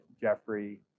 jeffrey